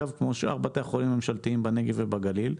כמו שאר בתי החולים הממשלתיים בנגב ובגליל,